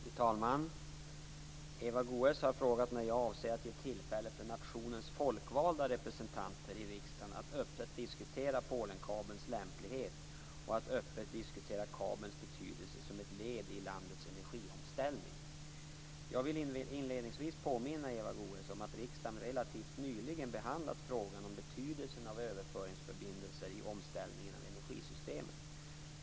Fru talman! Eva Goës har frågat mig när jag avser att ge tillfälle för nationens folkvalda representanter i riksdagen att öppet diskutera Polenkabelns lämplighet och att öppet diskutera kabelns betydelse som ett led i landets energiomställning. Jag vill inledningsvis påminna Eva Goës om att riksdagen relativt nyligen behandlat frågan om betydelsen av överföringsförbindelser i omställningen av energisystemet.